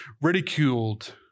ridiculed